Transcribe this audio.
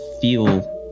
feel